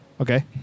Okay